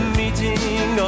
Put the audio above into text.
meeting